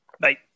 bye